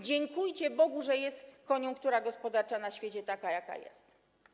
Dziękujcie Bogu, że koniunktura gospodarcza na świecie jest taka, jaka jest.